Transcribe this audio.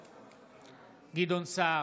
נגד גדעון סער,